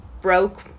broke